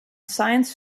science